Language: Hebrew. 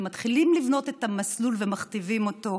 שמתחילים לבנות את המסלול ומכתיבים אותו,